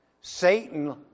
Satan